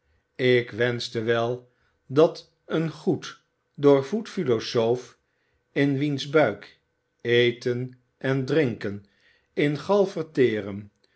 ik wenschte wel dat een goed doorvoed philosoof in wiens buik eten en drinken in gal verteren